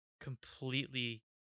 completely